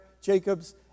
Jacobs